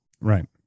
right